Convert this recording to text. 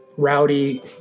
Rowdy